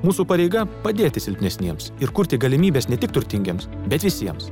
mūsų pareiga padėti silpnesniems ir kurti galimybes ne tik turtingiems bet visiems